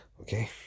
Okay